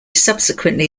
subsequently